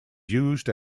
used